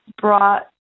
brought